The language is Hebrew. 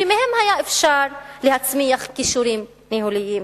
שמהם היה אפשר להצמיח כישורים ניהוליים.